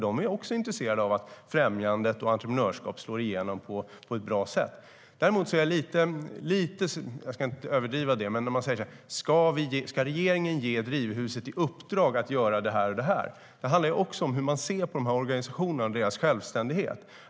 De är också intresserade av att främjandet av entreprenörskap slår igenom på ett bra sätt. Jag ska inte överdriva, men när man säger: Ska regeringen ge Drivhuset i uppdrag att göra det här och det här? handlar det om hur man ser på de här organisationerna och deras självständighet.